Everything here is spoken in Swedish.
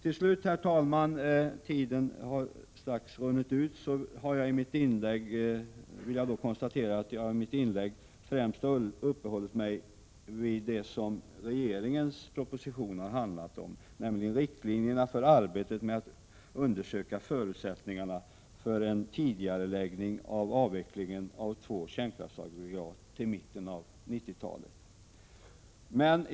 Till slut, herr talman, vill jag konstatera att jag i mitt inlägg främst har uppehållit mig vid det som regeringens proposition handlar om, nämligen riktlinjerna för arbetet med att undersöka förutsättningarna för en tidigareläggning av avvecklingen av två kärnkraftsaggregat till mitten av 1990-talet.